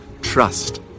trust